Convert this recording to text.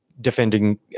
defending